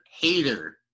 hater